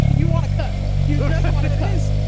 you want to cuss, you just want to cuss.